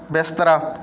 ਬਿਸਤਰਾ